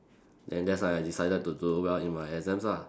and that's when I decided to do well in my exams ah